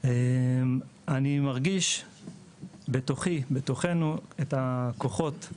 אני מרגיש בתוכי, בתוכנו, את הכוחות.